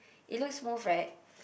it looks smooth right